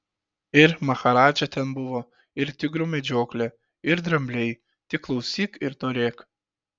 ir maharadža ten buvo ir tigrų medžioklė ir drambliai tik klausyk ir norėk